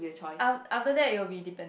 af~ after that you'll be dependent